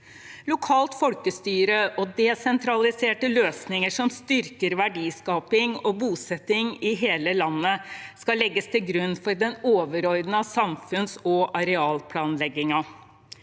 Lokalt folkestyre og desentraliserte løsninger som styrker verdiskaping og bosetting i hele landet, skal legges til grunn for den overordnede samfunns- og arealplanleggingen.